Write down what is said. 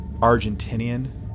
Argentinian